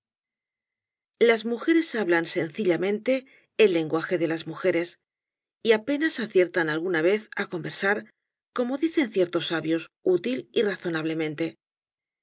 las mujeres hablan sencillamente el lenguaje de las mujeres y apenas aciertan alguna vez á conversar como dicen ciertos sabios útil y razonablemente